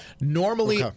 Normally